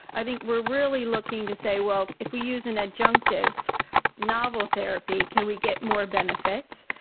i think we're really looking to say, well, if we use an adjunctive novel therapy, can we get more benefits,